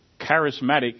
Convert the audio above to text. charismatic